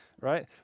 Right